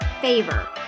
favor